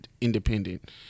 independent